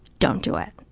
don't do it.